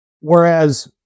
Whereas